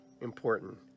important